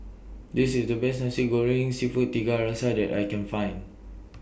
This IS The Best Nasi Goreng Seafood Tiga Rasa that I Can Find